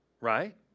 right